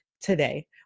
today